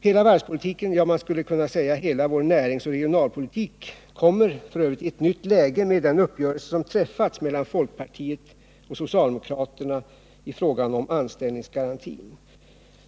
Hela varvspolitiken — ja, man skulle kunna säga hela vår näringsoch regionalpolitik — kommer f. ö. i ett nytt läge med den uppgörelse som träffats mellan folkpartisterna och socialdemokraterna i fråga om anställningsgarantin.